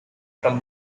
from